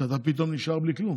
שאתה פתאום נשאר בלי כלום,